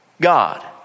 God